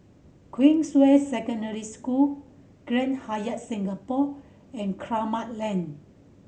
Queensway Secondary School Grand Hyatt Singapore and Kramat Lane